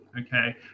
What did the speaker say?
okay